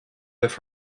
have